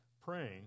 praying